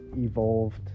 evolved